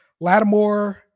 Lattimore